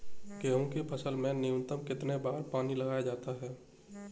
गेहूँ की फसल में न्यूनतम कितने बार पानी लगाया जाता है?